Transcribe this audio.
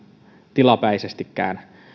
tilapäisestikään